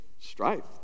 strife